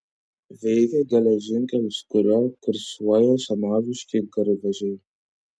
veikia geležinkelis kuriuo kursuoja senoviški garvežiai